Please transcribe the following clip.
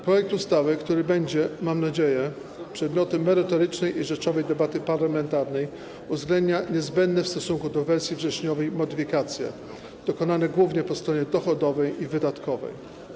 Projekt ustawy, który będzie, mam nadzieję, przedmiotem merytorycznej i rzeczowej debaty parlamentarnej, uwzględnia niezbędne w stosunku do wersji wrześniowej modyfikacje, dokonane głównie po stronie dochodowej i wydatkowej.